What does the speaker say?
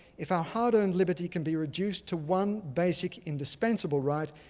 if our hard earned liberty can be reduced to one basic and expendable right,